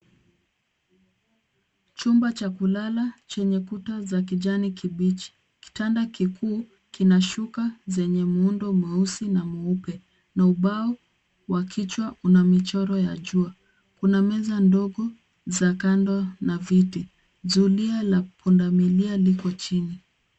Chumba cha kulala chenye kuta za kijani kibichi. Kitanda kikuu kina shuka zenye muundo mweusi na mweupe na ubao wa kichwa una michoro ya jua. Kuna meza ndogo za kando na viti. Zulia la punda milia liko chini.